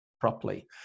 properly